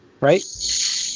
right